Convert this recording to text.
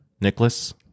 Nicholas